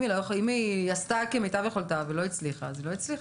אם היא עשתה כמיטב יכולתה ולא הצליחה אז היא לא הצליחה.